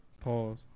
Pause